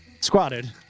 squatted